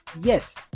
yes